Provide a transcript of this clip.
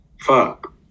fuck